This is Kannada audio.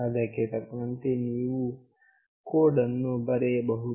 ಅದಕ್ಕೆ ತಕ್ಕಂತೆ ನೀವು ಕೋಡ್ ಅನ್ನು ಬರೆಯಬಹುದು